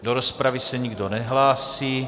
Do rozpravy se nikdo nehlásí.